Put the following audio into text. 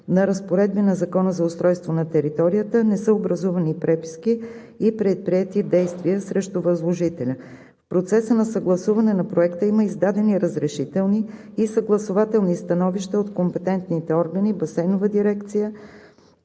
на разпореди на Закона за устройство на територията; не са образувани преписки и предприети действия срещу възложителя. В процеса на съгласуване на Проекта има издадени разрешителни и съгласувателни становища от компетентните органи – „Басейнова дирекция“,